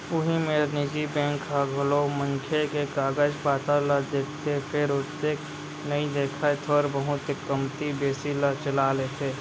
उही मेर निजी बेंक ह घलौ मनखे के कागज पातर ल देखथे फेर ओतेक नइ देखय थोर बहुत के कमती बेसी ल चला लेथे